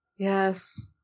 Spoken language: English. Yes